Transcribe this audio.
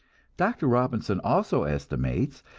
dr. robinson also estimates,